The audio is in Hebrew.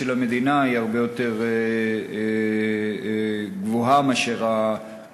של המדינה הוא הרבה יותר גבוה מאשר